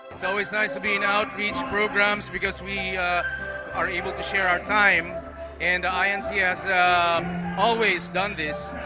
it's always nice to be in outreach programs because we ah are able to share our time and the and yeah yeah um always done this,